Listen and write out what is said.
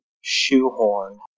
shoehorn